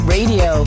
Radio